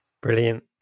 Brilliant